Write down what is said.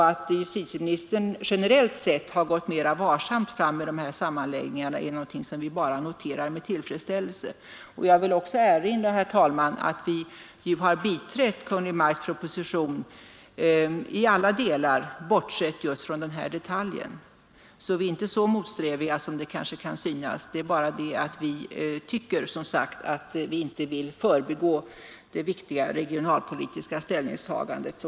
Att justitieministern generellt sett gått mera varsamt fram med sammanläggningarna är någonting som vi noterar med tillfredsställelse. Jag vill också erinra om, herr talman, att vi har biträtt Kungl. Maj:ts proposition i alla delar bortsett från den här detaljen. Vi är inte så motsträviga som det kanske kan synas. Vi tycker bara, som sagt, att vi inte vill förbigå det viktiga regionalpolitiska ställningstagandet.